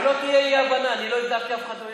שלא תהיה אי-הבנה, אני לא הגדרתי אף אחד אויב.